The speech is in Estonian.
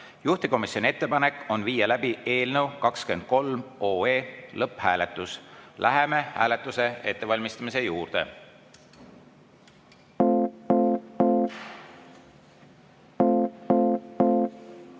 Juhtivkomisjoni ettepanek on viia läbi eelnõu 23 lõpphääletus. Läheme hääletuse ettevalmistamise juurde. Head